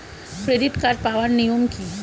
Credit card পাওয়ার নিয়ম কী?